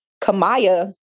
Kamaya